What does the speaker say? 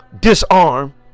disarm